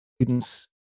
students